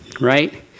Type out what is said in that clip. right